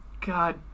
God